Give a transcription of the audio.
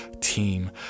team